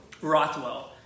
Rothwell